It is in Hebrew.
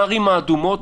בערים האדומות,